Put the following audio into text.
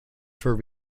for